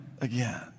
again